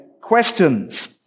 questions